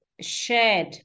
shared